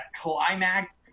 climax